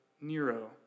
Nero